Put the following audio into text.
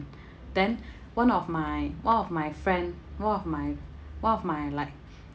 then one of my one of my friend one of my one of my like